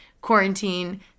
quarantine